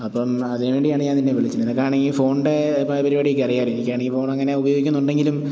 അപ്പം അതിന് വേണ്ടിയാണ് ഞാൻ നിന്നെ വിളിച്ചത് നിനക്കാണങ്കിൽ ഫോണിൻ്റെ പരിപാടിയൊക്കെ അറിയാമായിരിക്കും എനിക്ക് ആണെങ്കിൽ ഫോൺ അങ്ങനെ ഉപയോഗിക്കുന്നുണ്ടെങ്കിലും